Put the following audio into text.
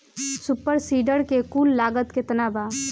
Super seeder के कुल लागत केतना बा?